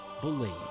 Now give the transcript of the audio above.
believe